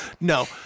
No